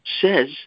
says